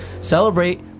Celebrate